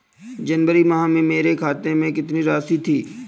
जनवरी माह में मेरे खाते में कितनी राशि थी?